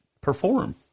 perform